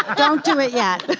don't do it yet.